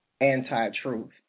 anti-truth